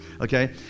Okay